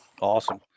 awesome